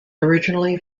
originally